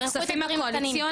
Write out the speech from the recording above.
שכחו את הדברים הקטנים.